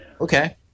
okay